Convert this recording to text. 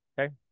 Okay